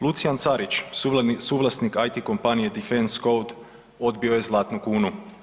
Lucijan Carić suvlasnik IT kompanije DefenseCode odbio je Zlatnu kunu.